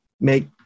make